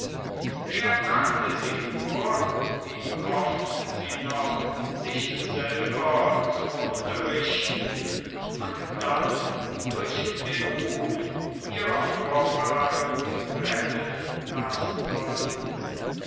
er fragte sie nur wie oft sie noch sich selber zugrunde richten und dann durch den ruhm ihrer vorfahren retten lassen wollten